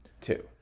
two